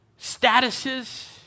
statuses